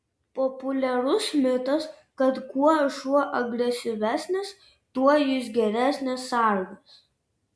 populiarus mitas kad kuo šuo agresyvesnis tuo jis geresnis sargas